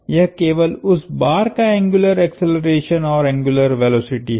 यह केवल उस बार का एंग्युलर एक्सेलरेशन और एंग्युलर वेलोसिटी है